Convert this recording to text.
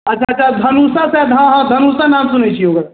अच्छा अच्छा धनुषासँ हँ हँ धनुषा नाम सुनैत छियै एगो